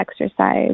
exercise